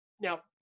now